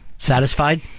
Satisfied